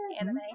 anime